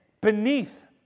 beneath